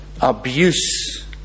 abuse